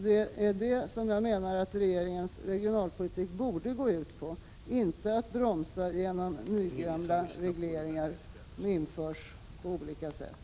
Det är detta som jag menar att regeringens regionalpolitik borde gå ut på —-inte att bromsa genom nygamla regleringar som på olika sätt införs.